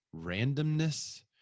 randomness